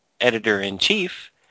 editor-in-chief